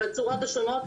בצורות השונות,